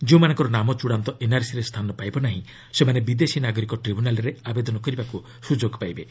ଯେଉଁମାନଙ୍କର ନାମ ଚୃଡ଼ାନ୍ତ ଏନ୍ଆର୍ସିରେ ସ୍ଥାନ ପାଇବ ନାହିଁ ସେମାନେ ବିଦେଶୀ ନାଗରିକ ଟ୍ରିବ୍ୟୁନାଲ୍ରେ ଆବେଦନ କରିବାକୁ ସୁଯୋଗ ପାଇବେ